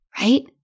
right